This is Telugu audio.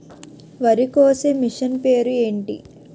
వరి కోసే మిషన్ పేరు ఏంటి